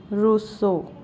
Rousseau